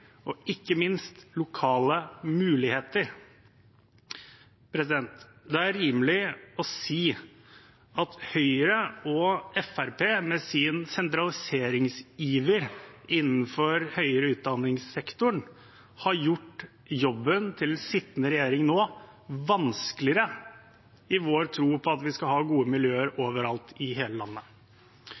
og ikke minst lokale muligheter. Det er rimelig å si at Høyre og Fremskrittspartiet med sin sentraliseringsiver innenfor høyere utdanningssektoren har gjort jobben til den sittende regjering vanskeligere i vår tro på at vi skal ha gode miljøer over alt i hele landet.